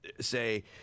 say